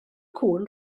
cŵn